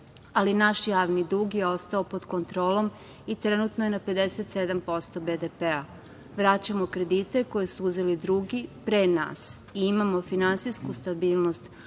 ali naš javni dug je ostao pod kontrolom i trenutno je na 57% BDP-a. Vraćamo kredite koje su uzeli drugi, pre nas i imamo finansijsku stabilnost,